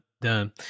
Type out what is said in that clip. done